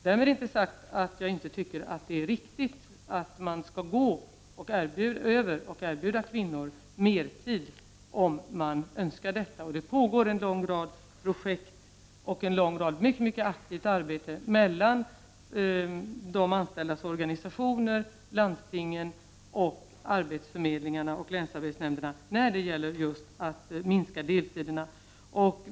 Därmed inte sagt att jag inte tycker att det är riktigt att man skall erbjuda kvinnor mertid om de önskar detta. Det pågår en lång rad projekt och mycket aktivt arbete mellan de anställ das organisationer, landstingen, arbetsförmedlingarna och länsarbetsnämnderna när det gäller just att minska deltiderna.